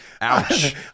Ouch